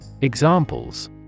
Examples